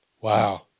wow